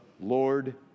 Lord